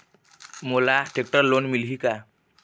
मोला tractor loan मिलही का?